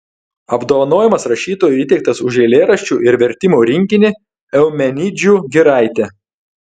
apdovanojimas rašytojui įteiktas už eilėraščių ir vertimų rinkinį eumenidžių giraitė